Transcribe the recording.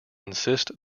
insist